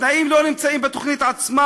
התנאים לא נמצאים בתוכנית עצמה,